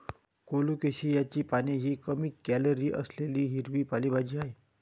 कोलोकेशियाची पाने ही कमी कॅलरी असलेली हिरवी पालेभाजी आहे